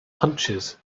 hunches